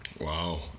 Wow